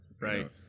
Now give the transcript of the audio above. Right